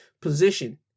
position